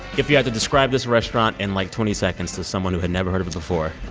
if you had to describe this restaurant in, like, twenty seconds to someone who had never heard of it before.